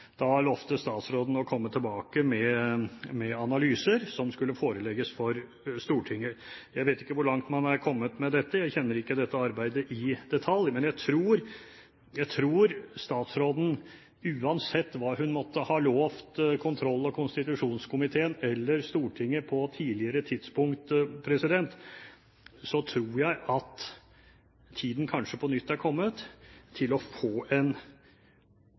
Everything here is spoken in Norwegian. Da lovet statsråden å komme tilbake med analyser som skulle forelegges Stortinget. Jeg vet ikke hvor langt man er kommet med dette, jeg kjenner ikke dette arbeidet i detalj. Men jeg tror at uansett hva statsråden måtte ha lovet kontroll- og konstitusjonskomiteen eller Stortinget på et tidligere tidspunkt, så har kanskje tiden kommet til på nytt å få en gjennomgang av dette, og av en